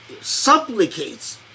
supplicates